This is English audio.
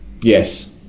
Yes